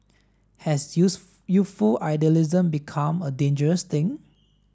has youth youthful idealism become a dangerous thing